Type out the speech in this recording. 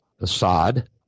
Assad